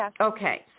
Okay